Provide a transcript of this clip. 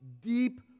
deep